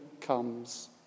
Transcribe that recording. comes